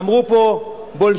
אמרו פה "בולשביזם"